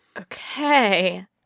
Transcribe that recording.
Okay